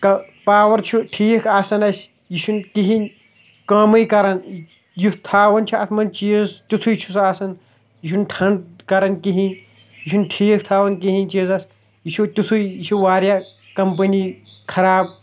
تہٕ پاوَر چھُ ٹھیٖک آسان اَسہِ یہِ چھُنہٕ کِہیٖنٛۍ کٲمٕے کَران یہِ تھاوان چھِ اَتھ مںٛز چیٖز تِتھُے چھُ سُہ آسان یہِ چھُنہٕ ٹھنٛڈ کَران کِہیٖنٛۍ یہِ چھُنہٕ ٹھیٖک تھاوان کِہیٖنٛۍ چیٖزَس یہِ چھُو تِتھُے یہِ چھُ واریاہ کَمپٔنی خراب